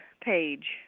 page